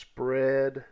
Spread